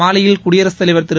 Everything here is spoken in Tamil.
மாலையில் குடியரசுத்தலைவர் திரு